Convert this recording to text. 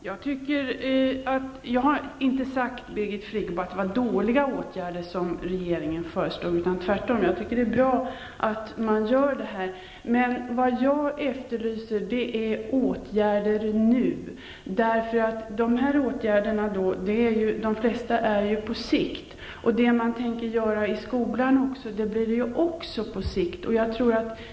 Herr talman! Jag har inte sagt att regeringen har föreslagit dåliga åtgärder -- tvärtom. Jag tycker att det är bra att vi gör detta. Men vad jag efterlyste var åtgärder nu. De flesta av dessa åtgärder sker på sikt. Vad man tänker göra i skolan är också någonting på sikt.